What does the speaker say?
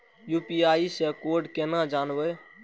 UPI से code केना जानवै?